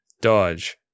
Dodge